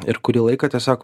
ir kurį laiką tiesiog